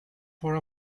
for